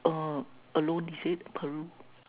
uh alone is it Peru